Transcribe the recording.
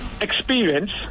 experience